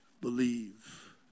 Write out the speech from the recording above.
believe